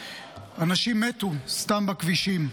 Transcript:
אנשים מתו סתם בכבישים.